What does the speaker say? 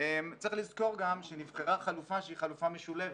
צריך לזכור גם שנבחרה חלופה שהיא חלופה משולבת,